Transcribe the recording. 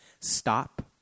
Stop